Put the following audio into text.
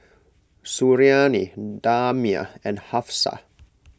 Suriani Damia and Hafsa